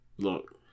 Look